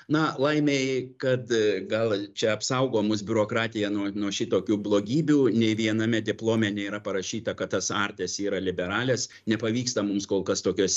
na laimei kad gal čia apsaugo mus biurokratija nuo nuo šitokių blogybių nei viename diplome nėra parašyta kad tas artes yra liberales nepavyksta mums kol kas tokios